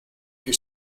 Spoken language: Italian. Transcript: più